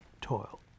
Toil